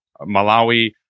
Malawi